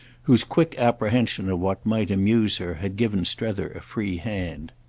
whose quick apprehension of what might amuse her had given strether a free hand.